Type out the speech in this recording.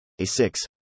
A6